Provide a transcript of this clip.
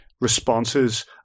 responses